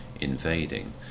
invading